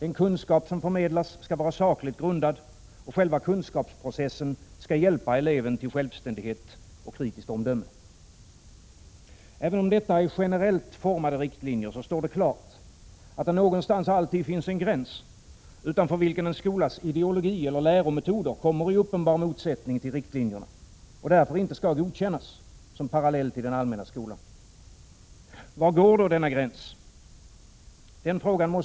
En kunskap som förmedlas skall vara sakligt grundad, och själva kunskapsprocessen skall hjälpa eleven till självständighet och kritiskt omdöme. Även om detta är generellt formade riktlinjer, står det klart att det någonstans alltid finns en gräns utanför vilken en skolas ideologi eller lärometoder kommer i uppenbar motsättning mot riktlinjerna och därför inte skall godkännas som parallell till den allmänna skolan. Var går denna gräns?